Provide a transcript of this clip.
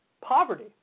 poverty